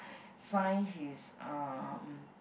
sign his um